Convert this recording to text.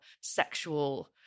sexual